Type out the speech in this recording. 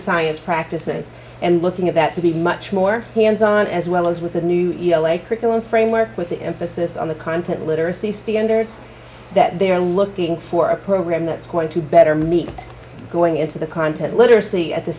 science practices and looking at that to be much more hands on as well as with the new curriculum framework with the emphasis on the content literacy standards that they are looking for a program that's going to better meet going into the content literacy at the